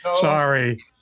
Sorry